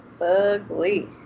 ugly